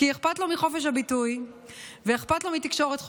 כי אכפת לו מחופש הביטוי ואכפת לו מתקשורת חופשית.